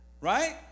Right